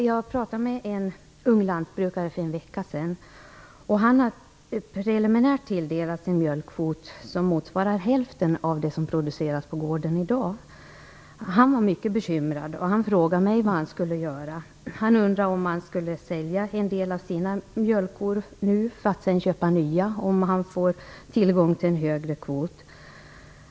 Jag talade med en ung lantbrukare för en vecka sedan, som preliminärt har tilldelats en mjölkkvot som motsvarar hälften av det som produceras på gården i dag. Han var mycket bekymrad och frågade mig vad han skulle göra. Han undrade om han nu skulle sälja en del av sina mjölkkor för att sedan köpa nya, om han får tillgång till en högre kvot.